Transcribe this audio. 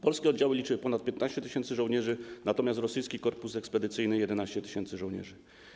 Polskie oddziały liczyły ponad 15 tys. żołnierzy, natomiast rosyjski korpus ekspedycyjny - 11 tys. żołnierzy.